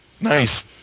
nice